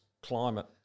climate